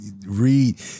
read